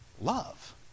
Love